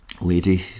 lady